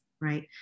right